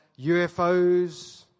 UFOs